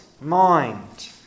mind